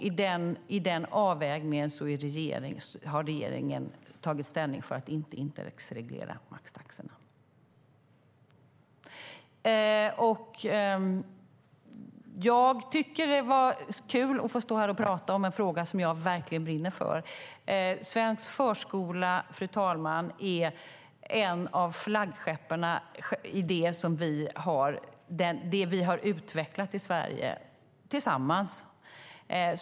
I denna avvägning har regeringen tagit ställning för att inte indexreglera maxtaxorna. Jag tycker att det var kul att få stå här och prata om en fråga som jag verkligen brinner för. Svensk förskola, fru talman, är ett av flaggskeppen i det som vi har utvecklat i Sverige tillsammans.